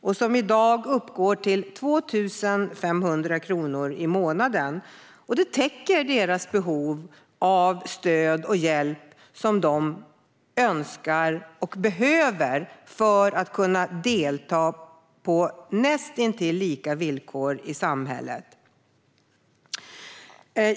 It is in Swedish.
Den uppgår i dag till 2 500 kronor i månaden, och det täcker deras behov av stöd och hjälp. Det motsvarar vad de önskar och behöver för att kunna delta på näst intill lika villkor i samhället.